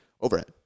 Overhead